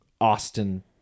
Austin